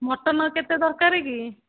mutton କେତେ ଦରକାର କି